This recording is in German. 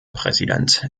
präsident